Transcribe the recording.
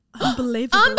Unbelievable